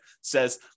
says